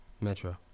Metro